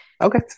Okay